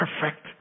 perfect